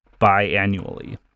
biannually